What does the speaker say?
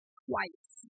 twice